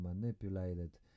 manipulated